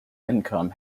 income